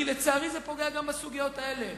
כי לצערי זה פוגע גם בסוגיות האלה.